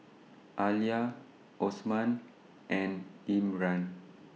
Alya Osman and Imran